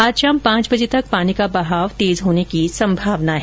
आज शाम पांच बजे तक पानी का बहाव तेज होने की संभावना है